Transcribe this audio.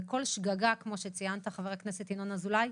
כל שגגה, כמו שציינת חבר הכנסת ינון אזולאי,